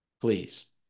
please